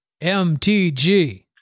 MTG